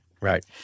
Right